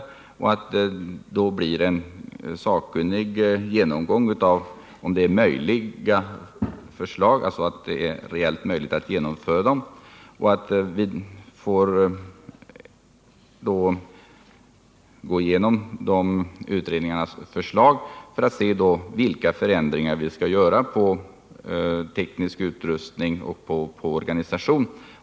Jag utgår också ifrån att det blir en sakkunnig genomgång för att se om förslagen är möjliga att genomföra. Vi får sedan gå igenom kommitté ernas förslag och ta ställning till vilka förändringar som skall göras i fråga om teknisk utrustning och organisation.